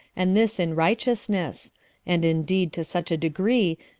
and this in righteousness and indeed to such a degree,